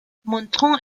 montrant